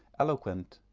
eloquent,